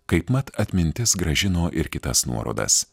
kaipmat atmintis grąžino ir kitas nuorodas